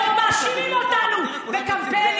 הם עוד מאשימים אותנו בקמפיינים,